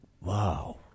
wow